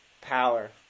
power